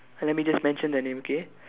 let me just mention their name okay